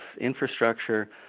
infrastructure